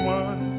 one